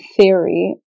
theory